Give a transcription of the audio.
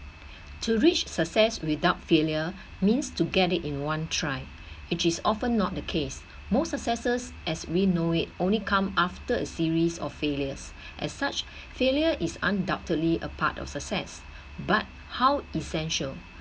to reach success without failure means to get it in one try which is often not the case most successes as we know it only come after a series of failures as such failure is undoubtedly a part of success but how essential